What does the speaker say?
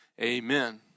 amen